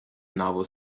novel